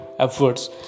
efforts